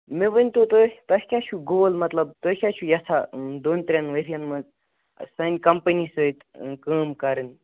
مےٚ ؤنۍ تو تُہی تۄہہِ کیاہ چھو گول مطلب تُہۍ کیاہ چھو یژھان دۄن ترٮ۪ن ؤرٮ۪ن منز سانہِ کَمپنی سۭتۍ کٲم کَرٕنۍ